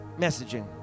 messaging